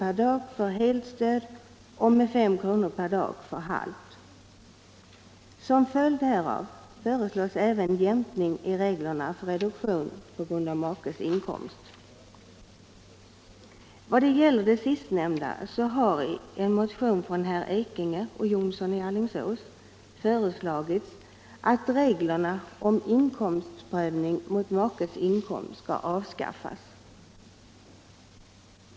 per dag för helt stöd och med 5 kr. per dag för halvt. Som följd härav föreslås även jämkning i reglerna för reduktion på grund av makes inkomst. Vad gäller det sistnämnda har i en motion från herrar Ekinge och Jonsson i Alingsås föreslagits att reglerna om inkomstprövning mot makes inkomst skall avskaffas.